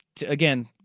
Again